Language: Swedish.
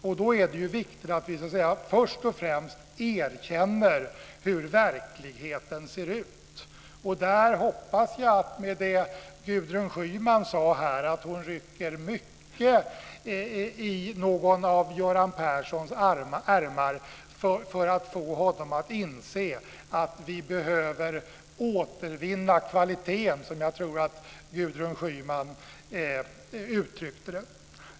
Och då är det viktigt att vi först och främst erkänner hur verkligheten ser ut. Gudrun Schyman sade här att hon rycker mycket i någon av Göran Perssons ärmar för att få honom att inse att vi behöver återvinna kvaliteten, som jag tror att Gudrun Schyman uttryckte det.